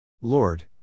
Lord